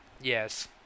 yes